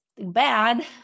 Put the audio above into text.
bad